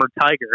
Tiger